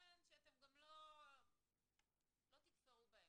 כן, שאתם גם לא תקפאו בהם.